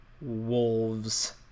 wolves